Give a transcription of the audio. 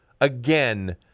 again